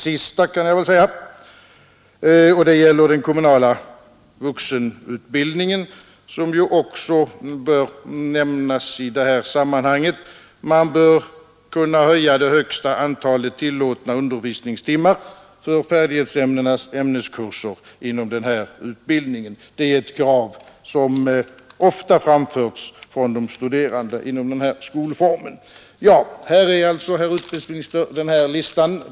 För den kommunala vuxenutbildningen, som också bör nämnas i detta sammanhang, bör man kunna höja det högsta antalet tillåtna undervisningstimmar för färdighetsämnenas ämneskurser. Det är ett krav som ofta framförts från de studerande inom denna skolform. Här är alltså min lista, herr utbildningsminister.